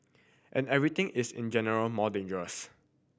and everything is in general more dangerous